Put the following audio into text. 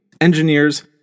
engineers